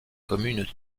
communes